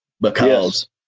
because-